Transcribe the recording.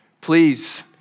please